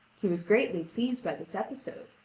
he was greatly pleased by this episode.